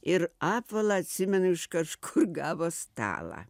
ir apvalą atsimenu iš kažkur gavo stalą